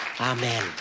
amen